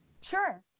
Sure